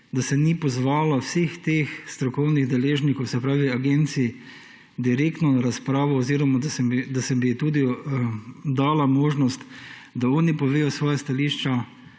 da se ni pozvalo vseh teh strokovnih deležnikov, se pravi agencij, direktno na razpravo oziroma da se bi tudi dala možnost, da oni povejo svoja stališča.